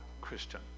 Christian